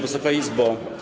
Wysoka Izbo!